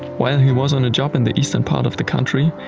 while he was on a job in the eastern part of the country,